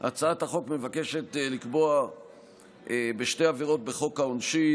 הצעת החוק מבקשת לקבוע בשתי עבירות בחוק העונשין,